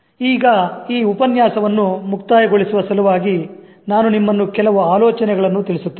ಈಗ ಈ ಉಪನ್ಯಾಸವನ್ನು ಮುಕ್ತಾಯಗೊಳಿಸುವ ಸಲುವಾಗಿ ನಾನು ನಿಮ್ಮನ್ನು ಕೆಲವು ಆಲೋಚನೆಗಳನ್ನು ತಿಳಿಸುತ್ತೇನೆ